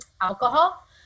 alcohol